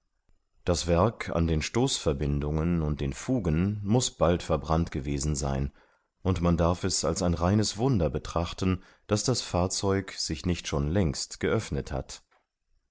das werg an den stoßverbindungen und in den fugen muß bald verbrannt gewesen sein und man darf es als ein reines wunder betrachten daß das fahrzeug sich nicht schon längst geöffnet hat